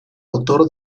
autor